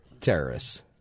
terrorists